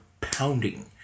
pounding